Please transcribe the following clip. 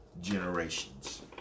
generations